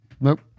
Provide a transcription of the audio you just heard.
Nope